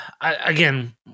Again